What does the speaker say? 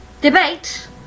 debate